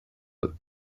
deux